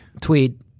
Tweed